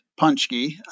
punchki